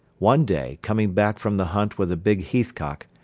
one day, coming back from the hunt with a big heathcock,